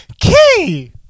key